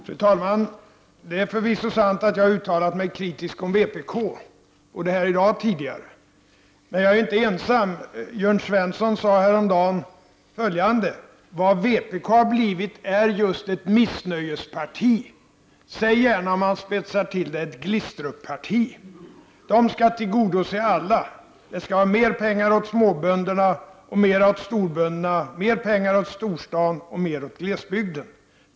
Fru talman! Det är förvisso sant att jag har uttalat mig kritiskt om vpk, även tidigare i dag. Men jag är inte ensam. Jörn Svensson sade häromdagen följande: Vad vpk har blivit är just ett missnöjesparti, säg gärna om man vill spetsa till det ett Glistrup-parti. Det skall tillgodose alla. Det skall ges mer pengar åt småbönderna och mer åt storbönderna, mer pengar åt storstaden och mer åt glesbygden.